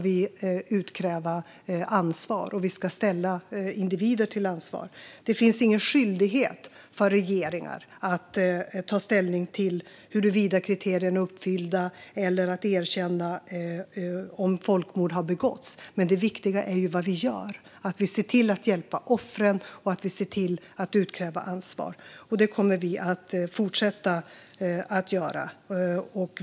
Vi ska ställa individer till ansvar. Det finns ingen skyldighet för regeringar att ta ställning till huruvida kriterierna är uppfyllda eller att erkänna om folkmord har begåtts. Det viktiga är ju vad vi gör: att se till att hjälpa offren och att se till att utkräva ansvar. Det kommer vi att fortsätta att göra.